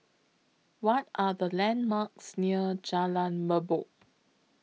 What Are The landmarks near Jalan Merbok